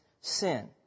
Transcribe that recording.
sin